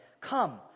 Come